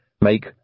make